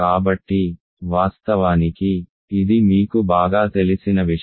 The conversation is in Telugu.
కాబట్టి వాస్తవానికి ఇది మీకు బాగా తెలిసిన విషయం